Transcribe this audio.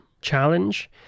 challenge